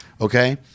Okay